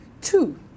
Two